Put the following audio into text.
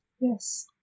Yes